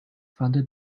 funded